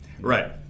Right